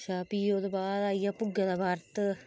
अच्छा फ्ही ओहदे बाद आई गेआ भुग्गे दा बर्त